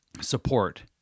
support